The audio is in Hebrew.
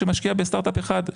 שמשקיעה בסטארט אפ אחד,